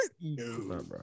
No